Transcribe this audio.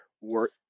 work